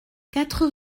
quatre